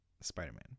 spider-man